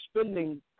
spending